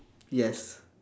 yes